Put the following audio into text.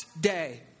day